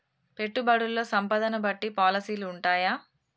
పెట్టుబడుల్లో సంపదను బట్టి పాలసీలు ఉంటయా?